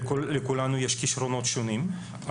לכולנו יש כישרונות שונים.